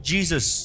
Jesus